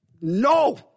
No